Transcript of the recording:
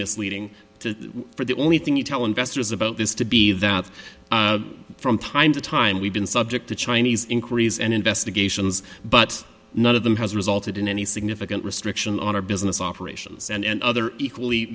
misleading to for the only thing you tell investors about this to be that from time to time we've been subject to chinese inquiries and investigations but none of them has resulted in any significant restriction on our business operations and other equally